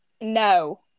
no